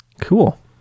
Cool